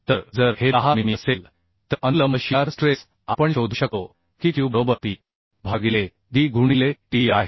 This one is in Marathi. तर जर हे 10 मिमी असेल तर अनुलंब शियार स्ट्रेस आपण शोधू शकतो की q बरोबर P भागिले D गुणिले T e आहे